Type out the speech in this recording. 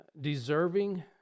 Deserving